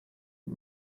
und